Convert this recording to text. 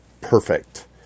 perfect